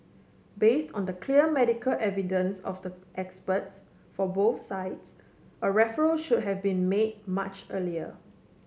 based on the clear medical evidence of the experts for both sides a referral should have been made much earlier